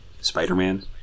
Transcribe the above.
Spider-Man